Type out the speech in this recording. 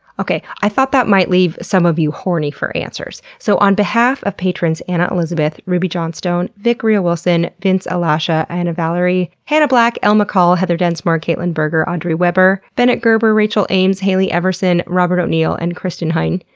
i thought that might leave some of you horny for answers, so on behalf of patrons anna elizabeth, ruby johnstone, vic rea-wilson, vince alasha, anna vallery, hannah black, elle mccall, heather densmore, caitlin berger, audrey weber, bennett gerber, rachel ames, hayley everson, robert o'neill and kristine huynh,